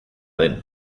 den